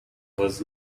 was